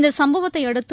இந்த சம்பவத்தை அடுத்து